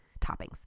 toppings